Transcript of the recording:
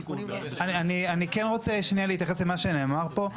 אני כן רוצה שנייה להתייחס למה שנאמר פה.